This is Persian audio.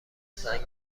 زنگ